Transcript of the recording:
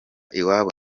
iwabo